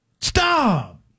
Stop